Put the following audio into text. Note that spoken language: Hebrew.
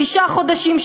תשעה חודשים,